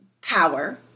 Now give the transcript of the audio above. power